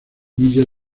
millas